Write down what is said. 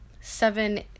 Seven